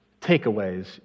takeaways